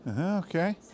okay